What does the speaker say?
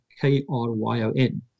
K-R-Y-O-N